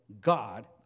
God